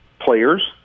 players